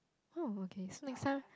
oh okay so next time